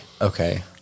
Okay